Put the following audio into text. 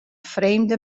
vreemde